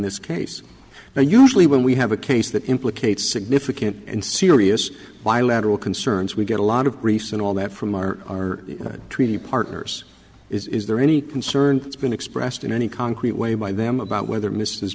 this case and usually when we have a case that implicates significant and serious bilateral concerns we get a lot of grief and all that from our treaty partners is there any concern it's been expressed in any concrete way by them about whether m